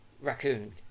raccoon